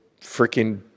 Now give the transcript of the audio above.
freaking